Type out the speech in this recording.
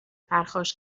پرخاش